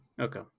Okay